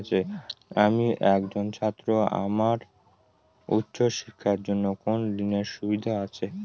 আমি একজন ছাত্র আমার উচ্চ শিক্ষার জন্য কোন ঋণের সুযোগ আছে?